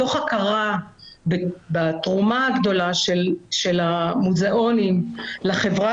מתוך הכרה בתרומה הגדולה של המוזיאונים לחברה